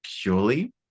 purely